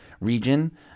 region